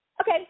Okay